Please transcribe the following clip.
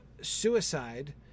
suicide